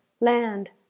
Land